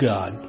God